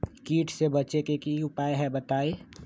कीट से बचे के की उपाय हैं बताई?